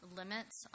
limits